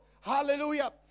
Hallelujah